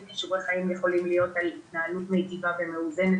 כישורי חיים יכולים להיות על התנהלות מיטיבה ומאוזנת